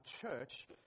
church